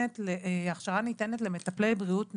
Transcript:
הכשרה ניתנת למטפלי בריאות נפש,